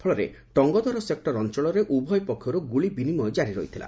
ଫଳରେ ଟଙ୍ଗଧର ସେକ୍ଟର ଅଞ୍ଚଳରେ ଉଭୟ ପକ୍ଷରୁ ଗୁଳି ବିନିମୟ କାରି ରହିଥିଲା